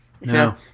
No